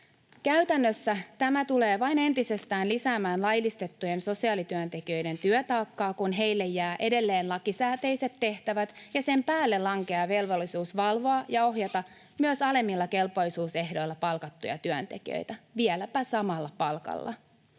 Käytännössä tämä tulee vain entisestään lisäämään laillistettujen sosiaalityöntekijöiden työtaakkaa, kun heille jäävät edelleen lakisääteiset tehtävät ja sen päälle lankeaa velvollisuus valvoa ja ohjata myös alemmilla kelpoisuusehdoilla palkattuja työntekijöitä, vieläpä samalla palkalla.